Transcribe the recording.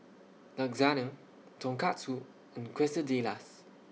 Lasagne Tonkatsu and Quesadillas